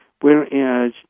Whereas